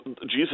Jesus